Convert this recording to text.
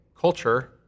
culture